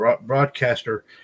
broadcaster